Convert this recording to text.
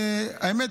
האמת,